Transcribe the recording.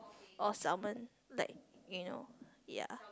or salmon like you know ya